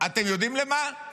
אתם יודעים למה?